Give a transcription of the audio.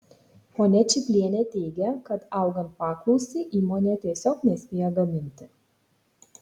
ponia čiplienė teigia kad augant paklausai įmonė tiesiog nespėja gaminti